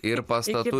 ir pastatų